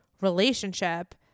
relationship